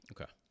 Okay